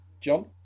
John